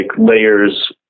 layers